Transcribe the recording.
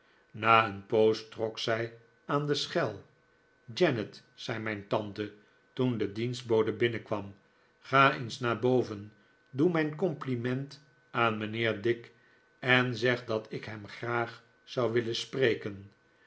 na een poos trok zij aan de schel janet zei mijn tante toen de dienstbode binnenkwam ga eens naar boven doe mijn compliment aan mijnheer dick en zeg dat ik hem graag zou willen spreken